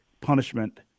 punishment